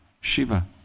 Shiva